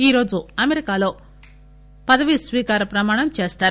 ఈరోజు అమెరికాలో పదవీ స్వీకార ప్రమాణం చేస్తారు